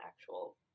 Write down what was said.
actual